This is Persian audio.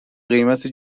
قیمت